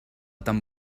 tan